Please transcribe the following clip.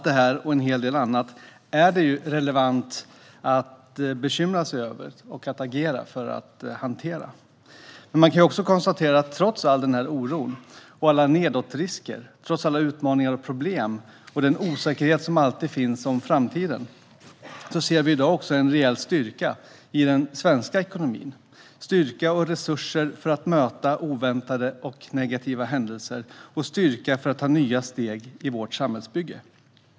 Det är relevant att bekymra sig över och agera för att hantera allt det här och en hel del annat. Men man kan också konstatera att trots all denna oro och alla nedåtrisker och trots alla utmaningar, problem och den osäkerhet som alltid finns om framtiden ser vi i dag också en rejäl styrka i den svenska ekonomin. Det finns styrka och resurser för att möta oväntade och negativa händelser och styrka att ta nya steg i vårt samhällsbygge.